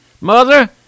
Mother